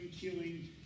killing